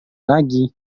lagi